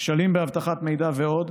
כשלים באבטחת מידע ועוד,